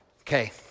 Okay